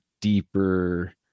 deeper